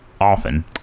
often